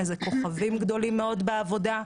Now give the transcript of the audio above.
כוכבים גדולים מאוד בעבודה.